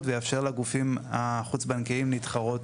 ויאפשר לגופים החוץ בנקאיים להתחרות